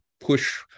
push